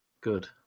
Good